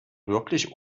wirklich